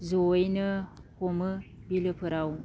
जयैनो हमो बिलोफोराव